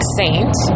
saint